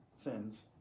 sins